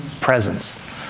presence